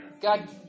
God